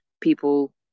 people